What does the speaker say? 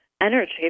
energy